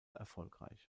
erfolgreich